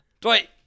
Dwight